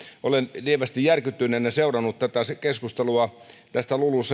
olen lievästi järkyttyneenä seurannut keskustelua tästä lulucf